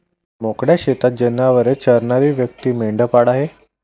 मोकळ्या शेतात जनावरे चरणारी व्यक्ती मेंढपाळ आहे